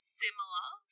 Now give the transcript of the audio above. similar